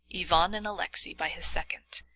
ivan and alexey, by his second.